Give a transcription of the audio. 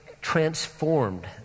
transformed